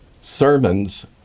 Sermons